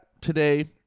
today